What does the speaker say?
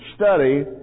study